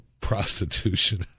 prostitution